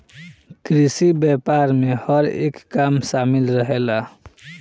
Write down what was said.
कृषि व्यापार में हर एक काम शामिल रहेला